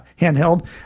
handheld